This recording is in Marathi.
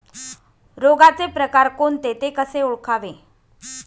रोगाचे प्रकार कोणते? ते कसे ओळखावे?